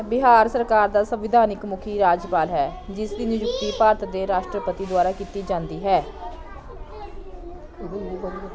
ਬਿਹਾਰ ਸਰਕਾਰ ਦਾ ਸੰਵਿਧਾਨਕ ਮੁਖੀ ਰਾਜਪਾਲ ਹੈ ਜਿਸ ਦੀ ਨਿਯੁਕਤੀ ਭਾਰਤ ਦੇ ਰਾਸ਼ਟਰਪਤੀ ਦੁਆਰਾ ਕੀਤੀ ਜਾਂਦੀ ਹੈ